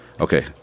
okay